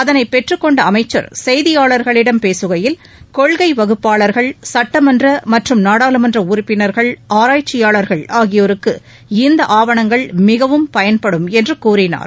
அதனை பெற்றுக்கொண்ட அமைச்சர் செய்தியாளர்களிடம் பேசுகையில் கொள்கை வகுப்பாளர்கள் சட்டமன்ற மற்றும் நாடாளுமன்ற உறுப்பினர்கள் ஆராய்ச்சியாளர்கள் ஆகியோருக்கு இந்த ஆவணங்கள் மிகவும் பயன்படும் என்று கூறினார்